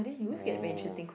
oh